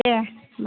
दे होनबा